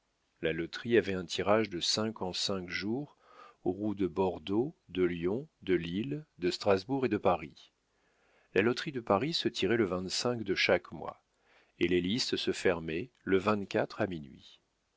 la loterie avait un tirage de cinq en cinq jours aux roues de bordeaux de lyon de lille de strasbourg et de paris la loterie de paris se tirait le de chaque mois et les listes se fermaient le à minuit